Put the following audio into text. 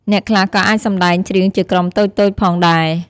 អ្នកខ្លះក៏អាចសម្ដែងច្រៀងជាក្រុមតូចៗផងដែរ។